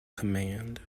command